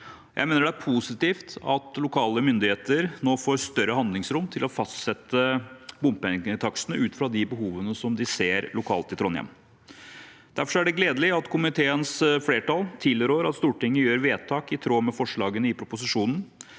Jeg mener det er positivt at lokale myndigheter nå får større handlingsrom til å fastsette bompengetakstene ut fra behovene de ser lokalt i Trondheim. Derfor er det gledelig at komiteens flertall tilrår at Stortinget gjør vedtak i tråd med forslaget i proposisjonen.